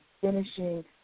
finishing